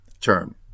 term